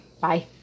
Bye